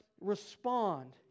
respond